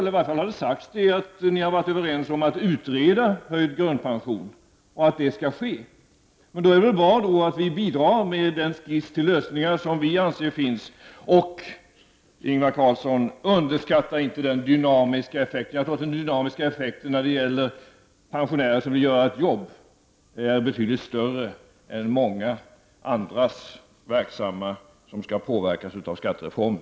Det har sagts att socialdemokraterna har varit överens om att utreda en höjning av grundpensionen och att det skall ske. Då är det väl bra att vi bidrar med en skiss till lösningar, vilka vi anser finns. Ingvar Carlsson, underskatta inte den dynamiska effekten! Jag tror att den dynamiska effekten som åstadkoms av pensionärer som vill göra ett jobb är betydligt större än den som åstadkoms av många andra verksamma och som skall påverkas av skattereformen.